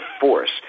force